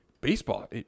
baseball